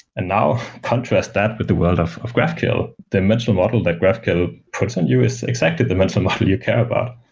and now, contrast that with the world of of graphql. the mental model that graphql that puts in you is exactly the mental model you care about.